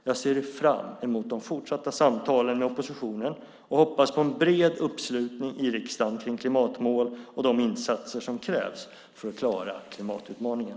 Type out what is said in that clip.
Jag ser fram emot de fortsatta samtalen med oppositionen och hoppas på en bred uppslutning i riksdagen för klimatmål och de insatser som krävs för att klara klimatutmaningen.